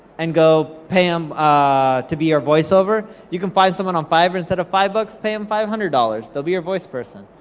and go pay em ah to be your voiceover. you can find someone on fiverr, instead of five bucks, pay em five hundred dollars, they'll be your voice person.